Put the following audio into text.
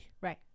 Right